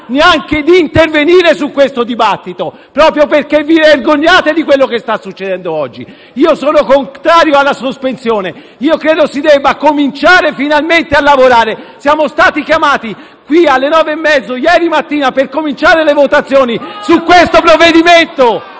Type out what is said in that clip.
dignità di intervenire in questo dibattito, proprio perché vi vergognate di quello che sta succedendo oggi? Io sono contrario alla sospensione e credo si debba cominciare finalmente a lavorare. Siamo stati chiamati in questa sede alle 9,30 di ieri mattina per cominciare le votazioni su questo provvedimento.